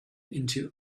into